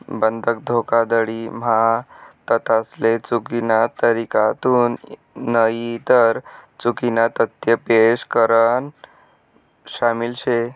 बंधक धोखाधडी म्हा तथ्यासले चुकीना तरीकाथून नईतर चुकीना तथ्य पेश करान शामिल शे